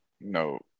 no